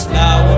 now